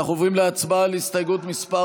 אנחנו עוברים להצבעה על הסתייגות מס'